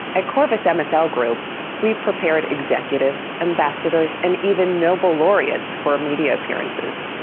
at qorvis um ah so mslgroup we've prepared executives, ambassadors and even nobel laureates for media appearances.